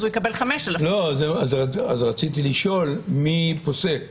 אז הוא יקבל 5,000. אז רציתי לשאול מי פוסק.